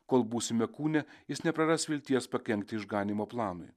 kol būsime kūne jis nepraras vilties pakenkti išganymo planui